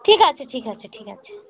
ঠিক আছে ঠিক আছে ঠিক আছে